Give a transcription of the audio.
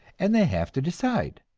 and they have to decide,